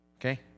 Okay